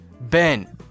Ben